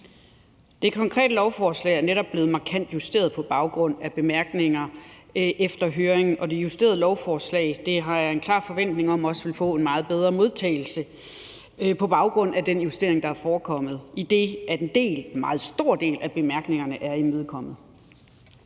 Det konkrete lovforslag er netop blevet markant justeret på baggrund af bemærkninger efter høringen, og det justerede lovforslag har jeg en klar forventning om også vil få en meget bedre modtagelse på baggrund af den justering, der er foretaget, idet en del – en meget stor del – af bemærkningerne er imødekommet.